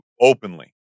openly